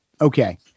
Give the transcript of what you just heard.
Okay